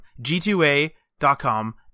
G2A.com